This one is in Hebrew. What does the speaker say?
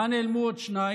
תשעה, לאן נעלמו עוד שניים?